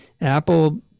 Apple